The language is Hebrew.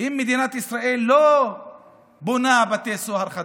אם מדינת ישראל לא בונה בתי סוהר חדשים,